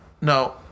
no